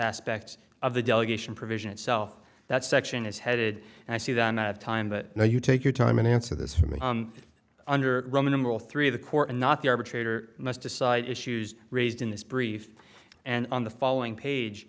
aspect of the delegation provision itself that section is headed and i see that in that time but now you take your time and answer this for me under roman rule three the court and not the arbitrator must decide issues raised in this brief and on the following page